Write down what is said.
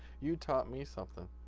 you tell me something